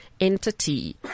entity